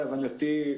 להבנתי,